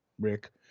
Rick